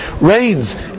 rains